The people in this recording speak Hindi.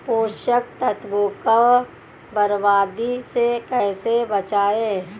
पोषक तत्वों को बर्बादी से कैसे बचाएं?